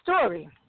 story